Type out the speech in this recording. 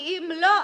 כי אם לא,